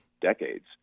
decades